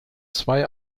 zwei